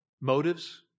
motives